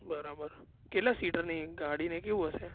બરાબર કેટલાં સીટ અને ગાડી ને એ કેવું હશે